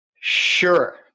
Sure